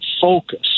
focus